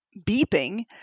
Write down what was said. beeping